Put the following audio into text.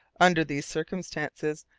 under these circumstances,